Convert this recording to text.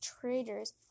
traders